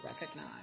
recognize